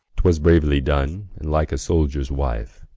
twas bravely done, and like a soldier's wife.